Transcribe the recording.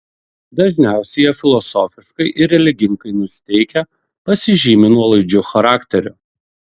dažniausiai jie filosofiškai ir religingai nusiteikę pasižymi nuolaidžiu charakteriu